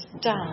down